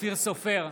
אופיר סופר,